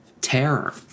terror